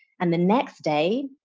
and the next day,